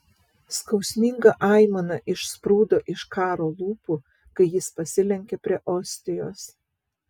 skausminga aimana išsprūdo iš karo lūpų kai jis pasilenkė prie ostijos